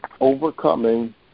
overcoming